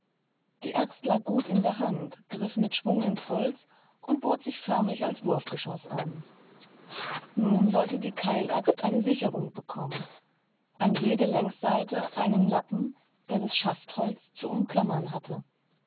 die axt lag gut in der hand griff mit schwung ins holz und bot sich förmlich als wurfgeschoß an nun sollte die keilaxt eine sicherung bekommen an jeder längsseite einen lappen der das schaftholz zu umklammern hatte